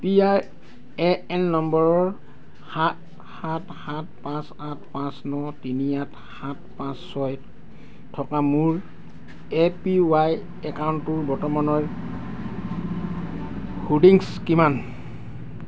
P R A N নম্বৰ সাত সাত সাত পাঁচ আঠ পাঁচ ন তিনি আঠ সাত পাঁচ ছয় থকা মোৰ এ পি ৱাই একাউণ্টটোৰ বৰ্তমানৰ হোল্ডিংছ কিমান